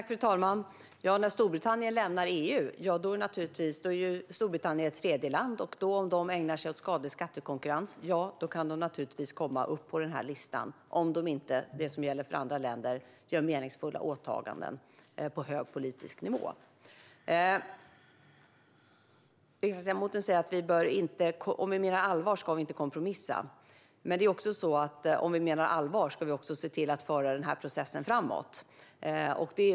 Fru talman! När Storbritannien lämnar EU är Storbritannien ett tredjeland. Om det ägnar sig åt skadlig skattekonkurrens kan det naturligtvis komma upp på listan om det inte, som gäller för andra länder, gör meningsfulla åtaganden på hög politisk nivå. Riksdagsledamoten säger att om vi menar allvar ska vi inte kompromissa. Men om vi menar allvar ska vi också se till att föra processen framåt.